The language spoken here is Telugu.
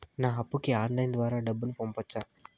నా అప్పుకి ఆన్లైన్ ద్వారా డబ్బును పంపొచ్చా